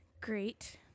Great